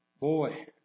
Boy